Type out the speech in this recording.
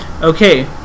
okay